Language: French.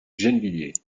gennevilliers